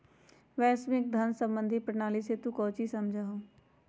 वैश्विक धन सम्बंधी प्रणाली से तू काउची समझा हुँ?